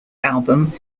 album